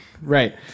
Right